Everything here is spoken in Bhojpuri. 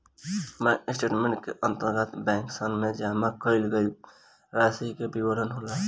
बैंक स्टेटमेंट के अंतर्गत बैंकसन में जमा कईल गईल रासि के विवरण होला